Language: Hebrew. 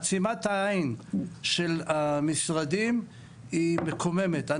עצימת העין של המשרדים היא מקוממת.